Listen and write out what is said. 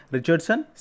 Richardson